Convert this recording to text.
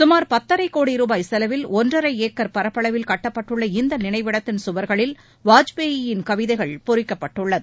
சுமார் பத்தரை கோடி ரூபாய் செலவில் ஒன்றரை ஏக்கர் பரப்பளவில் கட்டப்பட்டுள்ள இந்த நினைவிடத்தின் சுவர்களில் வாஜ்பாயின் கவிதைகள் பொறிக்கப்பட்டுள்ளது